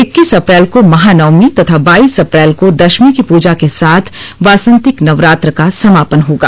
इक्कीस अप्रैल को महानवमी तथा बाईस अप्रैल को दशमी की पूजा के साथ वासंतिक नवरात्र का समापन होगा